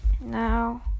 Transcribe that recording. now